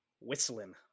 whistling